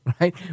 right